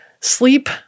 Sleep